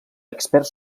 expert